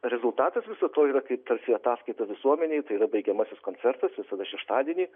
rezultatas viso to yra kai tarsi ataskaita visuomenei tai yra baigiamasis koncertas visada šeštadienį